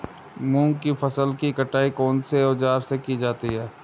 मूंग की फसल की कटाई कौनसे औज़ार से की जाती है?